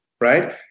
Right